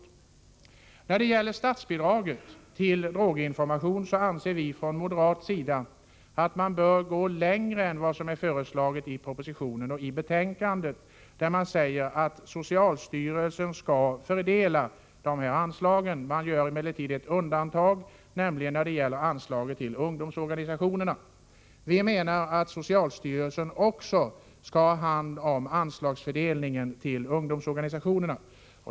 Beträffande statsbidraget till droginformation anser vi moderater att man bör gå längre än vad som föreslås i propositionen och i betänkandet, där man säger att socialstyrelsen skall fördela anslagen. Man gör emellertid ett undantag, nämligen för anslaget till ungdomsorganisationerna. Vi menar att socialstyrelsen också skall ha hand om anslagsfördelningen när det gäller ungdomsorganisationerna.